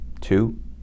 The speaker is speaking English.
two